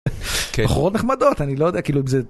אחרות נחמדות, אני לא יודע כאילו...